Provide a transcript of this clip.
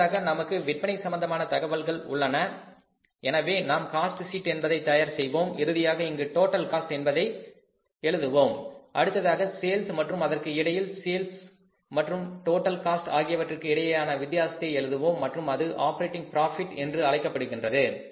அடுத்ததாக நமக்கு விற்பனை சம்பந்தமான தகவல்கள் உள்ளன எனவே நாம் காஸ்ட் ஷீட் என்பதை தயார் செய்வோம் இறுதியாக இங்கு டோட்டல் காஸ்ட் என்பதை எழுதுவோம் அடுத்ததாக சேல்ஸ் மற்றும் இதற்கு இடையில் சேல்ஸ் மற்றும் டோட்டல் காஸ்ட் ஆகியவற்றுக்கு இடையேயான வித்தியாசத்தை எழுதுவோம் மற்றும் அது ஆப்பரேட்டிங் புரோஃபிட் என்று அழைக்கப்படுகின்றது